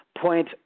point